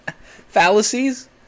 Fallacies